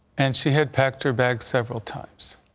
and she had packed her bags several times.